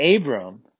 Abram